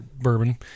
bourbon